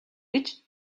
гэж